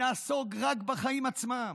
נעסוק רק בחיים עצמם,